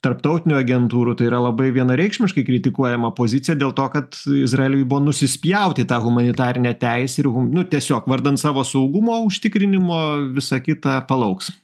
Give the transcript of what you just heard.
tarptautinių agentūrų tai yra labai vienareikšmiškai kritikuojama pozicija dėl to kad izraeliui buvo nusispjaut į tą humanitarinę teisę ir hu nu tiesiog vardan savo saugumo užtikrinimo visa kita palauks